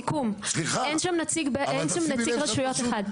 אין שם נציג רשויות אחד.